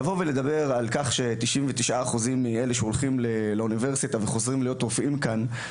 לדבר על כך ש-99% מאלה שלומדים באוניברסיטה וחוזרים להיות רופאים כאן,